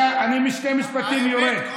אמסלם, האוזר, האמת כואבת, אני, שני משפטים ויורד.